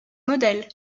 modèle